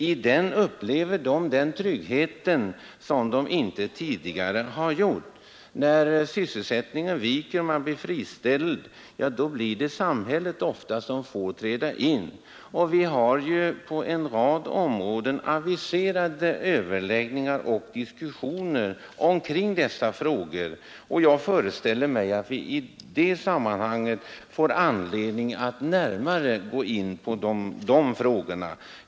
I den upplever de den trygghet som de inte tidigare har funnit. När sysselsättningen viker och man blir friställd, blir det ofta samhället som får träda in. Vi har ju på en rad områden aviserade överläggningar och diskussioner omkring dessa frågor, och jag föreställer mig att vi får anledning att närmare gå in på dem i det sammanhanget.